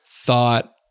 thought